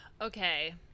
Okay